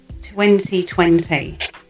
2020